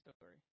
story